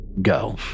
go